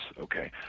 okay